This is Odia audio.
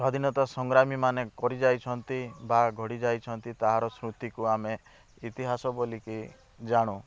ସ୍ବାଧିନତା ସଂଗ୍ରାମୀ ମାନେ କରି ଯାଇଛନ୍ତି ବା ଗଢ଼ି ଯାଇଛନ୍ତି ତାହାର ସ୍ମୃତିକୁ ଆମେ ଇତିହାସ ବୋଲି କି ଜାଣୁ